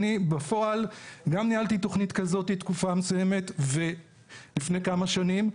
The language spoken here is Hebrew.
אני בפועל גם ניהלתי תוכנית כזאת תקופה מסוימת לפני כמה שנים,